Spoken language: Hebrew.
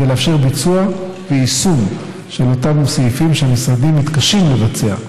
ולאפשר ביצוע ויישום של אותם סעיפים שהמשרדים מתקשים לבצע.